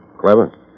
clever